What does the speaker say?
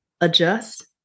adjust